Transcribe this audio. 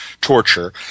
torture